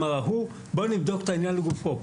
אמר ההוא בואו נבדוק את העניין לגופו.